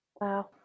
Wow